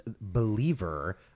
Believer